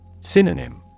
Synonym